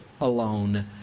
alone